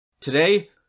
Today